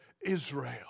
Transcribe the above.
Israel